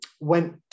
Went